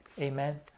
Amen